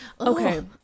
Okay